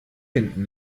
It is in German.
hinten